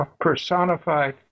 personified